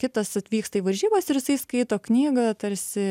kitas atvyksta į varžybas ir jisai skaito knygą tarsi